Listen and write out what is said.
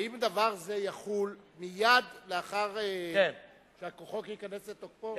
האם דבר זה יחול מייד לאחר שהחוק ייכנס לתוקפו?